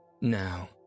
Now